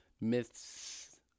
myths